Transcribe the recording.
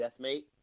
Deathmate